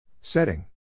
Setting